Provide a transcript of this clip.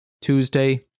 Tuesday